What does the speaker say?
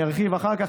אני ארחיב אחר כך,